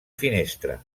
finestra